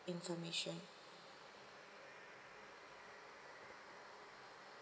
information